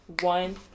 one